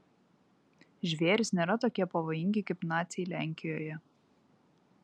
žvėrys nėra tokie pavojingi kaip naciai lenkijoje